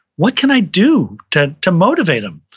what can i do to to motivate him?